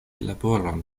laboron